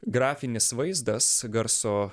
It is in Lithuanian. grafinis vaizdas garso